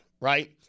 right